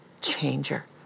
changer